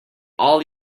all